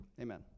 Amen